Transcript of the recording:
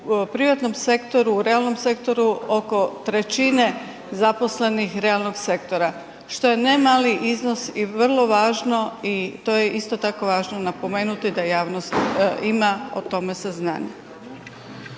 privatnom sektoru, realnom sektoru, oko 1/3 zaposlenih realnog sektora što je nemali iznos i vrlo važno i to je isto tako važno napomenuti da javnost ima o tome saznanja.